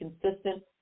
consistent